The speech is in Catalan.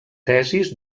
tesis